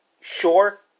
sure